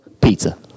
pizza